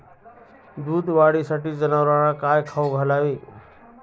दूध वाढीसाठी जनावरांना काय खाऊ घालावे?